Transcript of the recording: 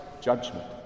judgment